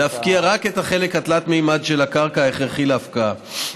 להפקיע רק את חלק הקרקע ההכרחי להפקעה.